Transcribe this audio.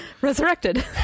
Resurrected